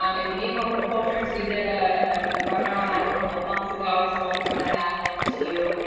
um if you need help with cold drinks, we did ah a webinar on that a couple of months ago. so i can send that link to you,